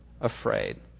afraid